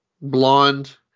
blonde